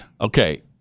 Okay